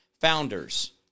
Founders